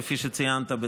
כפי שציינת,